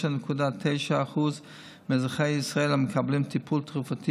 89.9% מאזרחי ישראל המקבלים טיפול תרופתי